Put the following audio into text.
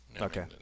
Okay